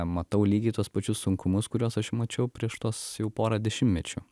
matau lygiai tuos pačius sunkumus kuriuos aš mačiau prieš tuos jau porą dešimtmečių